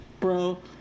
Bro